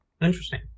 Interesting